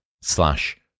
slash